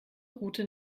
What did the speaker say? route